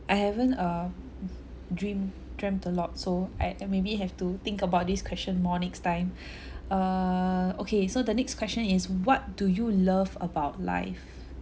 I haven't uh dream dreamt a lot so I uh maybe have to think about this question more next time err okay so the next question is what do you love about life